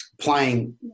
playing